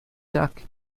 duck